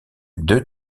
deux